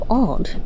odd